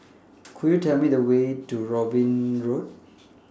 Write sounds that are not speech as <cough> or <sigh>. <noise> Could YOU Tell Me The Way to Robin Road